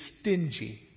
stingy